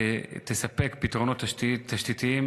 שתספק פתרונות תשתיתיים,